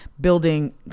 building